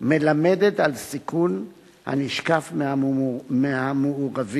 מלמדת על סיכון הנשקף מהמעורבים,